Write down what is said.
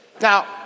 Now